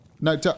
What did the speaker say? no